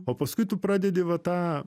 o paskui tu pradedi va tą